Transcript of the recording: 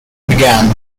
began